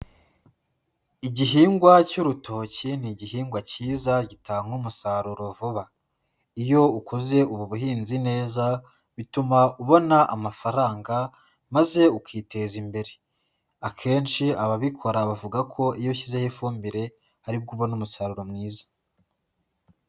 Igihingwa cy'urutoki, ni igihingwa cyiza gitanga umusaruro vuba. Iyo ukoze ubu buhinzi neza, bituma ubona amafaranga, maze ukiteza imbere. Akenshi ababikora bavuga ko iyo ushyizeho ifumbire, ari bwo ubona umusaruro mwiza.